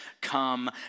come